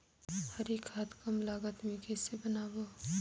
हरी खाद कम लागत मे कइसे बनाबो?